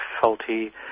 faulty